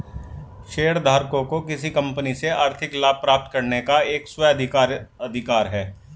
शेयरधारकों को किसी कंपनी से आर्थिक लाभ प्राप्त करने का एक स्व अधिकार अधिकार है